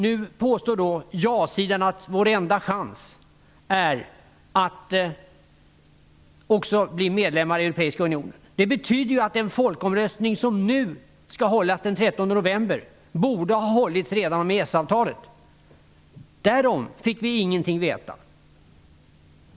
Nu påstår jasidan att vår enda chans är att också bli medlemmar i den europeiska unionen. Det betyder ju att den folkomröstning som skall hållas den 13 november borde ha hållits redan om EES-avtalet. Därom fick vi ingenting veta.